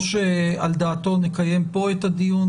או שעל דעתו נקיים פה את הדיון,